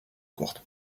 courte